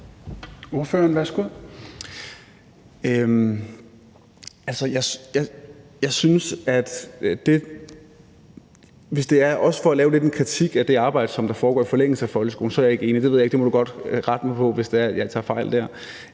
Hvis det også er for at give en kritik af det arbejde, der foregår i forlængelse af folkeskolen, er jeg ikke enig. Men spørgeren må godt rette mig, hvis det er, at jeg